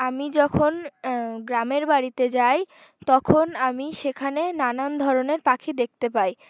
আমি যখন গ্রামের বাড়িতে যাই তখন আমি সেখানে নানান ধরনের পাখি দেখতে পাই